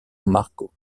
marco